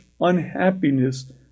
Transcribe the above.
unhappiness